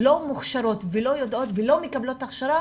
לא מוכשרות ולא יודעות ולא מקבלות את ההכשרה